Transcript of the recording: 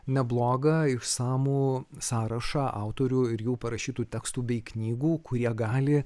neblogą išsamų sąrašą autorių ir jų parašytų tekstų bei knygų kurie gali